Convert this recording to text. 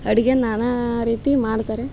ಅಡುಗೆ ನಾನಾ ರೀತಿ ಮಾಡ್ತಾರೆ